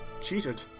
cheated